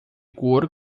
cor